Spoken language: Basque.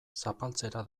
zapaltzera